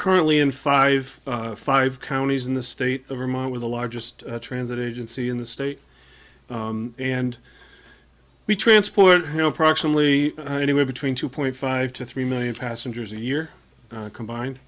currently in five five counties in the state of vermont with the largest transit agency in the state and we transport him approximately anywhere between two point five to three million passengers a year combined